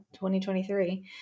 2023